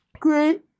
great